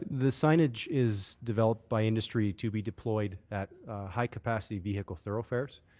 the signage is developed by industry to be deployed at high-capacity vehicle thoroughfares.